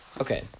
Okay